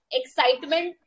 excitement